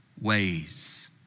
ways